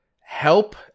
help